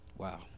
Wow